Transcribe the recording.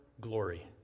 glory